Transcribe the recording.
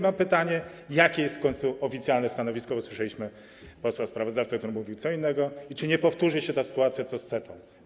Mam pytanie, jakie jest w końcu oficjalne stanowisko - usłyszeliśmy posła sprawozdawcę, który mówił co innego - i czy nie powtórzy się taka sytuacja jak w przypadku CETA.